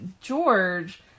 George